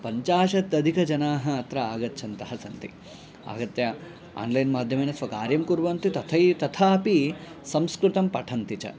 पञ्चाशतधिकाः जनाः अत्र आगच्छन्तः सन्ति आगत्य आन्लैन् माध्यमेन स्वकार्यं कुर्वन्ति तथै तथापि संस्कृतं पठन्ति च